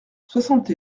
soixante